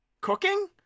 cooking